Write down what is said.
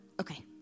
Okay